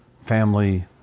family